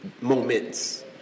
moments